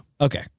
Okay